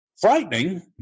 frightening